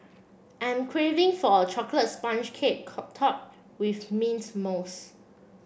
I'm craving for a chocolate sponge cake topped with mint mousse